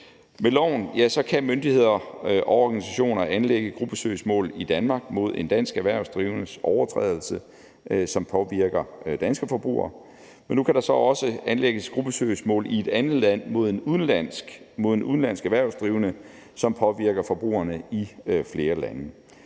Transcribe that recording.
Med loven kan myndigheder og organisationer anlægge gruppesøgsmål i Danmark mod en dansk erhvervsdrivende i forbindelse med en overtrædelse, som påvirker danske forbrugere. Men nu kan der så også anlægges gruppesøgsmål i et andet land mod en udenlandsk erhvervsdrivende, som påvirker forbrugerne i flere lande.